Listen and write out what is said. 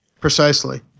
Precisely